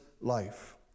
life